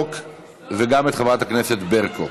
וגם את חברת הכנסת ברקו.